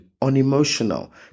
unemotional